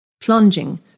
plunging